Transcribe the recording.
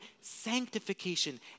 sanctification